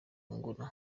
nyungura